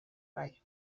bai